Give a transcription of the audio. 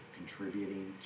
contributing